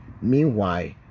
Meanwhile